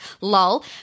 lol